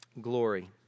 glory